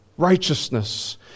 righteousness